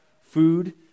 food